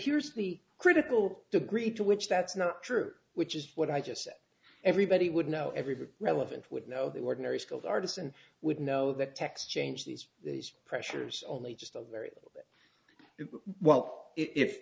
here's the critical degree to which that's not true which is what i just said everybody would know every bit relevant would know the ordinary skilled artisan would know that text change these these pressures only just a very well if